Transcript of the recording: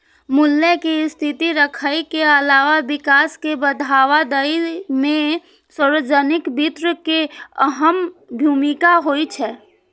मूल्य कें स्थिर राखै के अलावा विकास कें बढ़ावा दै मे सार्वजनिक वित्त के अहम भूमिका होइ छै